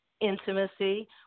intimacy